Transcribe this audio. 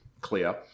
clear